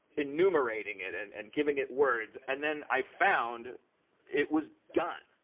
enumerating it. and and giving it words. and then i found it was done.